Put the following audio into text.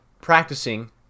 practicing